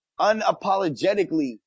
unapologetically